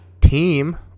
team